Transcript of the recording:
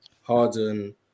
Harden